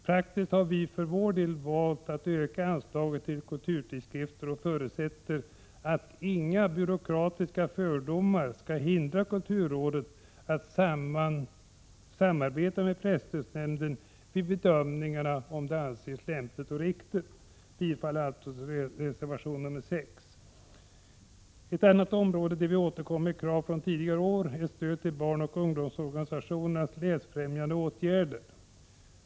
Praktiskt har vi för vår del valt att öka anslaget till kulturtidskrifter, och vi förutsätter att inga byråkratiska fördomar skall hindra kulturrådet att samarbeta med presstödsnämnden vid bedömningen, då så kan anses lämpligt och riktigt. Jag kommer därför att yrka bifall till reservation nr 6. Ett annat område där vi återkommer med krav från tidigare år gäller stöd till barnoch ungdomsorganisationers läsfrämjande åtgärder.